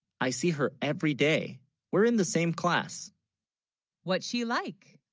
i see her every, day we're in the same class what's she like?